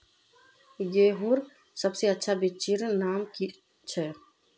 गेहूँर सबसे अच्छा बिच्चीर नाम की छे?